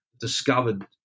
discovered